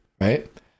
right